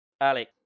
Ali